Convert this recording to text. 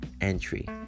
entry